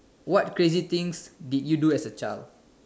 what crazy things did you do as a child